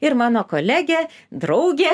ir mano kolegė draugė